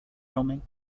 roaming